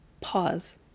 pause